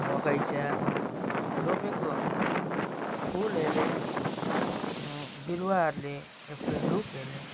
बगैँचामा रोपेको फुलहरूले बिरुवाहरूले या फिर रुखहरूले